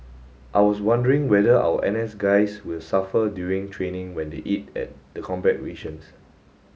I was wondering whether our N S guys will suffer during training when they eat at the combat rations